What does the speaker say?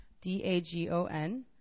D-A-G-O-N